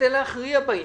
נשתדל להכריע בעניין,